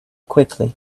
quickly